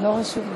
לא רשום לי.